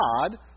God